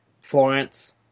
Florence